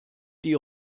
die